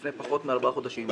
לפני פחות מארבעה חודשים,